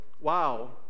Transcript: wow